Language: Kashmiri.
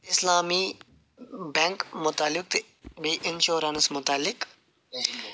اِسلامی بینٛک متعلق تہٕ بیٚیہِ اِنشورنٕس متعلق